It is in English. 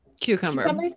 Cucumber